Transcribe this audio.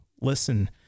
listen